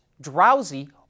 drowsy